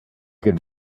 could